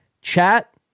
chat